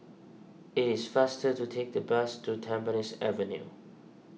it is faster to take the bus to Tampines Avenue